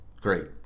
Great